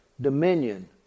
Dominion